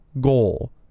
goal